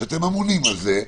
שאתם אמונים על זה,